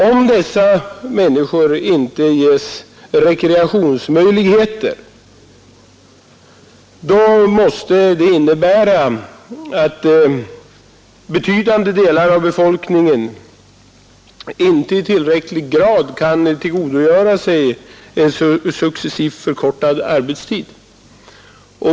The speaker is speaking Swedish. Om dessa människor inte ges rekreationsmöjligheter, måste det innebära att betydande delar av befolkningen inte i tillräcklig grad kan tillgodogöra sig en successivt förkortad arbetstid.